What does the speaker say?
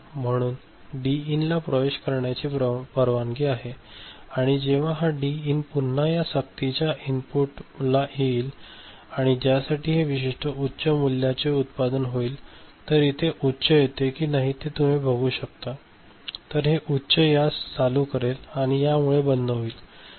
म्हणून डी इनला प्रवेश करण्याची परवानगी आहे आणि जेव्हा हा डी इन पुन्हा या सक्तीच्या इनपुट ला येईल आणि ज्यासाठी हे विशिष्ट उच्च मूल्याचे उत्पादन होईल तर इथे उच्च येते की नाही ते तुम्ही बघू शकता तर हे उच्च यास चालू करेल आणि यामुळे बंद होईल आणि कमी मूल्य येईल